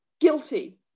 guilty